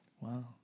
Wow